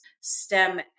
STEM